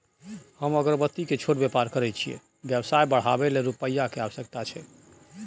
हम अगरबत्ती के छोट व्यापार करै छियै व्यवसाय बढाबै लै रुपिया के आवश्यकता छै?